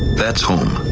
that's home.